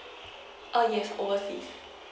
uh yes overseas